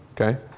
Okay